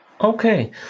Okay